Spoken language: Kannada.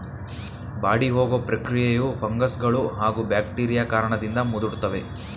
ಬಾಡಿಹೋಗೊ ಪ್ರಕ್ರಿಯೆಯು ಫಂಗಸ್ಗಳೂ ಹಾಗೂ ಬ್ಯಾಕ್ಟೀರಿಯಾ ಕಾರಣದಿಂದ ಮುದುಡ್ತವೆ